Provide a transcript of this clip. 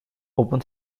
open